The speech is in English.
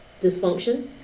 dysfunction